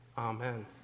Amen